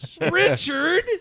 Richard